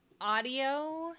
audio